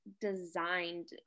designed